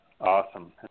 Awesome